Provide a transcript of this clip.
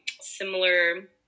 similar